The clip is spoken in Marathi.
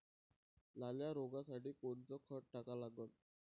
लाल्या रोगासाठी कोनचं खत टाका लागन?